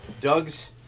Doug's